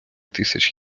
тисяч